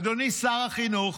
אדוני שר החינוך,